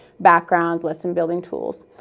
backgrounds, lesson-building tools.